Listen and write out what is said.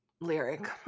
lyric